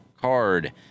card